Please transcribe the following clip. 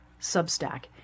Substack